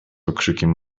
okrzykiem